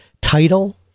title